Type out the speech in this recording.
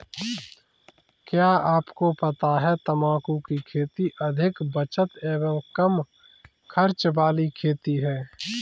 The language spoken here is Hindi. क्या आपको पता है तम्बाकू की खेती अधिक बचत एवं कम खर्च वाली खेती है?